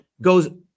goes